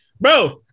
Bro